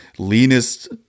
Leanest